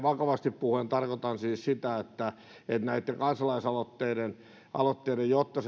vakavasti puhuen tarkoitan siis sitä että näitten kansalaisaloitteiden jotta